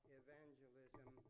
evangelism